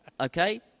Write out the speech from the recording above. Okay